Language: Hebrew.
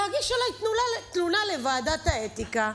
להגיש עליי תלונה לוועדת האתיקה.